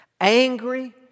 angry